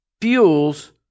fuels